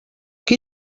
qui